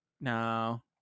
No